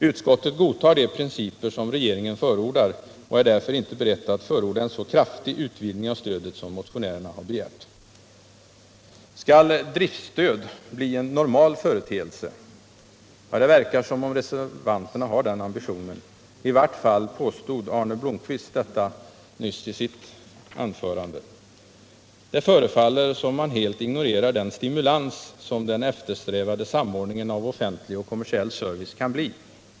Utskottet godtar de principer som regeringen förordar och är därför inte berett att förorda en så kraftig utvidgning av stödet som motionärerna har begärt. Skall driftstöd bli en normal företeelse? Det verkar som om reservanterna har den ambitionen! I varje fall påstod Arne Blomkvist detta i sitt anförande. Det förefaller som om man helt ignorerar den stimulans som den eftersträvade samordningen av offentlig och kommersiell service kan bli.